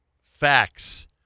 Facts